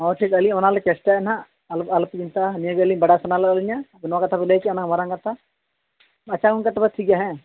ᱦᱳᱭ ᱴᱷᱤᱠ ᱟᱹᱞᱤᱧ ᱚᱱᱟᱞᱤᱧ ᱪᱮᱥᱴᱟᱭᱟ ᱦᱟᱸᱜ ᱟᱞᱚᱯᱮ ᱪᱤᱱᱛᱟᱹᱜᱼᱟ ᱱᱤᱭᱟᱹᱜᱮ ᱟᱹᱞᱤᱧ ᱵᱟᱰᱟᱭ ᱥᱟᱱᱟ ᱞᱮᱫ ᱞᱤᱧᱟ ᱚᱱᱟ ᱠᱟᱛᱷᱟ ᱵᱤᱱ ᱞᱟᱹᱭ ᱠᱮᱜᱼᱟ ᱚᱱᱟ ᱢᱟᱨᱟᱝ ᱠᱟᱛᱷᱟ ᱟᱪᱪᱷᱟ ᱜᱚᱢᱠᱮ ᱛᱚᱵᱮ ᱴᱷᱤᱠ ᱜᱮᱭᱟ ᱦᱮᱸ